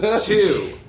two